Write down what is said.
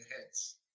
heads